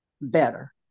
better